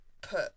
put